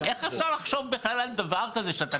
איך אפשר לחשוב בכלל על דבר כזה שאתה